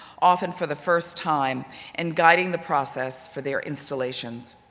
often for the first time and guiding the process for their installations.